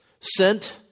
sent